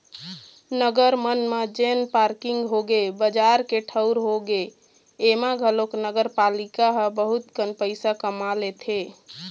नगर मन म जेन पारकिंग होगे, बजार के ठऊर होगे, ऐमा घलोक नगरपालिका ह बहुत कन पइसा कमा लेथे